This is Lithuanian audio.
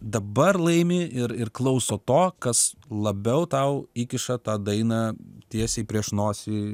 dabar laimi ir ir klauso to kas labiau tau įkiša tą dainą tiesiai prieš nosį